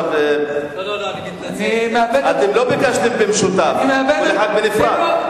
אתם לא ביקשתם במשותף, כל אחד בנפרד.